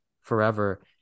forever